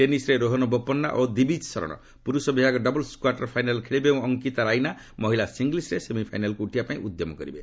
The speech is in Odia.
ଟେନିସ୍ରେ ରୋହନ ବୋପନ୍ନା ଓ ଦ୍ୱିବିକ୍ ସରଣ ପୁରୁଷ ବିଭାଗ ଡବଲ୍ସ କ୍ୱାର୍ଟର ଫାଇନାଲ୍ରେ ଖେଳିବେ ଏବଂ ଅଙ୍କିତା ରାଇନା ମହିଳା ସିଙ୍ଗଲ୍ସରେ ସେମିଫାଇନାଲ୍କୁ ଉଠିବା ପାଇଁ ଉଦ୍ୟମ କରିବେ